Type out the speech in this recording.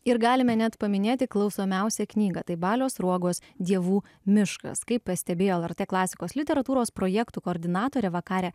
ir galime net paminėti klausomiausią knygą taip balio sruogos dievų miškas kaip pastebėjo lrt klasikos literatūros projektų koordinatorė vakarė